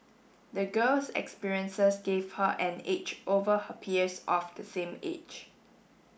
the girl's experiences gave her an edge over her peers of the same age